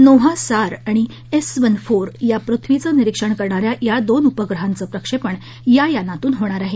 Nova सार आणि S one four या पृथ्वीचं निरीक्षण करणा या दोन उपग्रहांचं प्रक्षेपण या यानातून होणार आहे